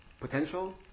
Potential